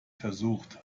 versucht